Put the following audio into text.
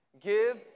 Give